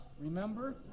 remember